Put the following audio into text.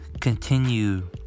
continue